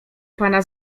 pana